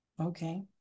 Okay